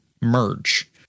merge